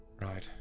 Right